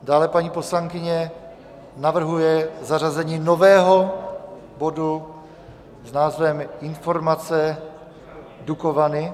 Dále paní poslankyně navrhuje zařazení nového bodu s názvem Informace Dukovany.